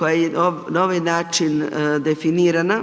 koja je na ovaj način definirana,